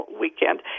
weekend